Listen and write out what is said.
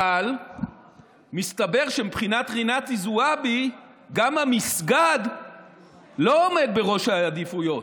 אבל מסתבר שמבחינת רינאוי זועבי גם המסגד לא עומד בראש העדיפויות,